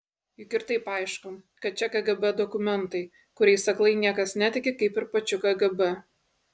juk ir taip aišku kad čia kgb dokumentai kuriais aklai niekas netiki kaip ir pačiu kgb